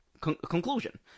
conclusion